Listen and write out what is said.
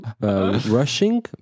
Rushing